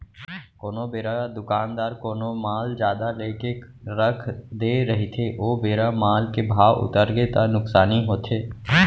कोनो बेरा दुकानदार कोनो माल जादा लेके रख दे रहिथे ओ बेरा माल के भाव उतरगे ता नुकसानी होथे